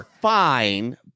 fine